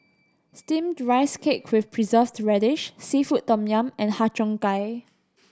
Steamed Rice Cake with Preserved Radish seafood tom yum and Har Cheong Gai